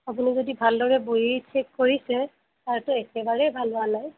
আপুনি যদি বহী ভালদৰে চেক কৰিছে তাৰটো একেবাৰেই ভাল হোৱা নাই